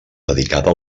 dedicada